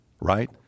right